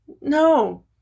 No